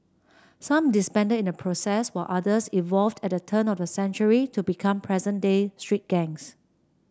some disbanded in the process while others evolved at the turn of the century to become present day street gangs